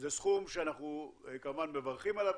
זה סכום שאנחנו מברכים עליו,